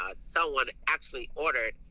ah someone actually ordered